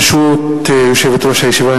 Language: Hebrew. ברשות יושבת-ראש הישיבה,